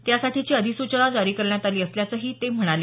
त्यासाठीची अधिसूचना जारी करण्यात आली असल्याचं ते म्हणाले